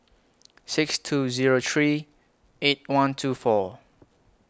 six two Zero three eight one two four